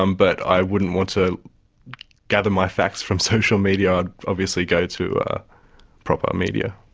um but i wouldn't want to gather my facts from social media, i'd obviously go to proper media,